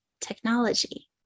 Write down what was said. Technology